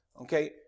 okay